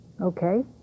Okay